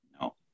No